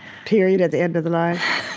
period at the end of the line.